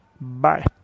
Bye